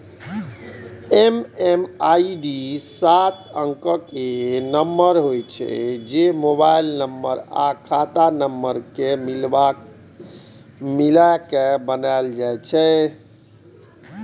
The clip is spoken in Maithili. एम.एम.आई.डी सात अंकक नंबर होइ छै, जे मोबाइल नंबर आ खाता नंबर कें मिलाके बनै छै